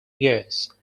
years